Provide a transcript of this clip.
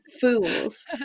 fools